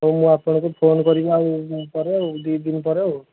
ହଉ ମୁଁ ଆପଣଙ୍କୁ ଫୋନ୍ କରିବି ଆଉ ପରେ ଆଉ ଦୁଇଦିନ ପରେ ଆଉ